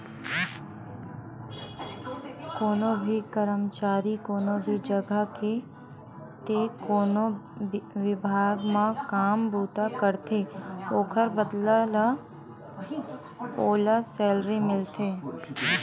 कोनो भी करमचारी कोनो भी जघा ते कोनो बिभाग म काम बूता करथे ओखर बदला म ओला सैलरी मिलथे